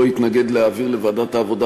הוא לא יתנגד להעביר אותו לוועדת העבודה,